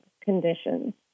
conditions